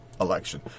election